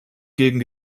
gegen